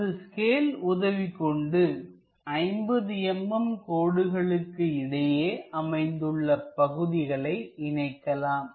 நமது ஸ்கேல் உதவிகொண்டு 50 mm கோடுகளுக்கு இடையே அமைந்த பகுதிகளை இணைக்கலாம்